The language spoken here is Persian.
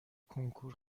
کنکور